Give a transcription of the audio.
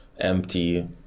empty